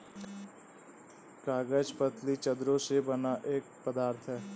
कागज पतली चद्दरों से बना एक पदार्थ है